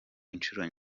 inshuro